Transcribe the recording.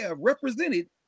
represented